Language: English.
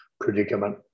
predicament